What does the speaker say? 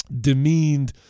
demeaned